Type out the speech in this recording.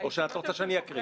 או שאת רוצה שאני אקריא?